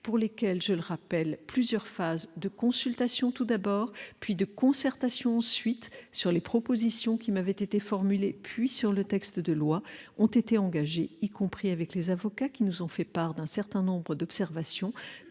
pour lesquels, je le rappelle, plusieurs phases de consultation d'abord, de concertation ensuite, sur les propositions qui m'avaient été faites puis sur le projet de loi, ont été engagées, y compris avec les avocats, lesquels nous ont fait part d'un certain nombre d'observations